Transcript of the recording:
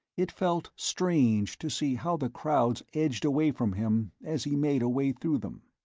it felt strange to see how the crowds edged away from him as he made a way through them.